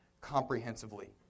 comprehensively